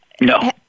no